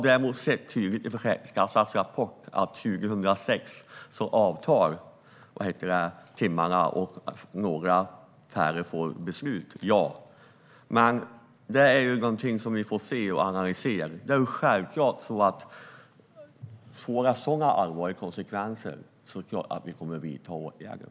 Däremot har jag sett tydligt i Försäkringskassans rapport att 2006 avtar timmarna och att några färre får beslut. Men det får vi väl analysera. Det är självklart att om det får så allvarliga konsekvenser är det klart att vi kommer att vidta åtgärder.